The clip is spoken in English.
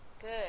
Good